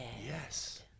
yes